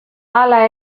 hala